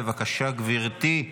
בבקשה, גברתי,